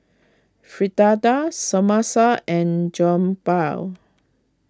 Fritada Samosa and Jokbal